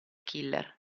killer